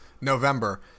November